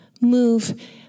move